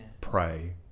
Pray